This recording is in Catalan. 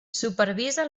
supervisa